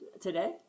today